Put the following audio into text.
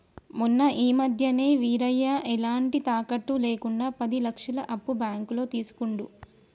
మొన్న ఈ మధ్యనే వీరయ్య ఎలాంటి తాకట్టు లేకుండా పది లక్షల అప్పు బ్యాంకులో తీసుకుండు